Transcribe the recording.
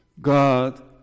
God